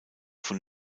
von